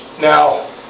Now